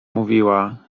mówiła